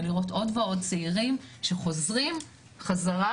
ולראות עוד ועוד צעירים שחוזרים חזרה